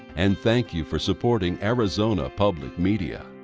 and thank you for supporting arizona public media.